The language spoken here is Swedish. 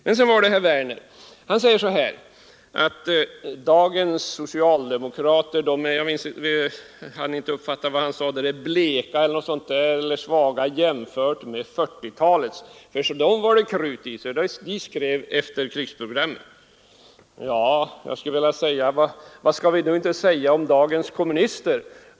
Herr Werner i Tyresö säger att dagens socialdemokrater är bleka eller svaga — jag kunde inte riktigt uppfatta vad han sade — jämförda med 1940-talets, för dem var det krut i: de skrev efterkrigsprogrammet. Ja, vad skall vi inte då säga om dagens kommunister?